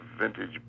vintage